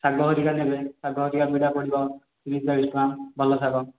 ଶାଗ ହରିକା ନେବେ ଶାଗ ହରିକା ବିଡ଼ା ପଡିବ ତିରିଶ ଚାଳିଶ ଟଙ୍କା ଭଲ ଶାଗ